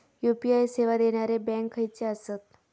UPI सेवा देणारे bank खयचे आसत?